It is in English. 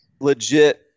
legit